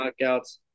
knockouts